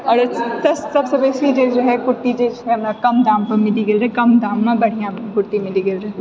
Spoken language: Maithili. आओर सबसँ बेसी जे जे हय कुर्ती जे छै हमरा कम दाममे मिली गेल रहै कम दाममे बढ़िया कुर्ती मिली गेल रहै